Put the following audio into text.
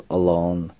alone